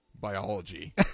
Biology